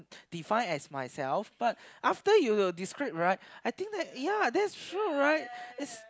define as myself but after you you describe right I think ya that's true right